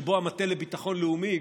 שבו המטה לביטחון לאומי,